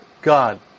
God